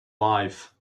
life